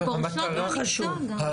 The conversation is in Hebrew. הן פורשות מהמקצוע.